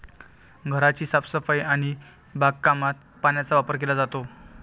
घराची साफसफाई आणि बागकामात पाण्याचा वापर केला जातो